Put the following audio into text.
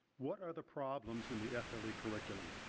what are the problems in the f l e. curriculum.